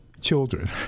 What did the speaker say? children